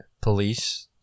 police